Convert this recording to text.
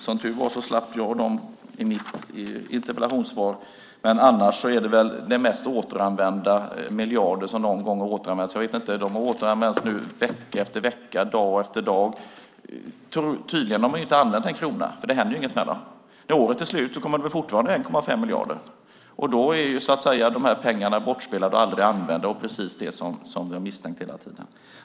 Som tur var slapp jag dem i mitt interpellationssvar. Annars är det väl de mest återanvända 1,5 miljarder som någon gång har funnits. De har nu återanvänts vecka efter vecka, dag efter dag. Tydligen har man inte använt en krona, eftersom det inte händer någonting med dem. När året är slut kommer det väl fortfarande att finnas 1,5 miljarder. Då är de pengarna bortspelade och aldrig använda. Det är precis det jag har misstänkt hela tiden.